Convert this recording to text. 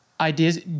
ideas